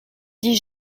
dit